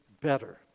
better